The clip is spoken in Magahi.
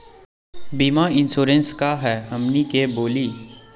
बीमा इंश्योरेंस का है हमनी के बोली?